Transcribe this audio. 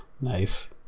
Nice